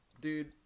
Dude